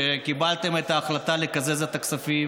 שקיבלתם את ההחלטה לקזז את הכספים